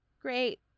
Great